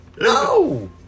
No